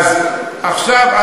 עכשיו,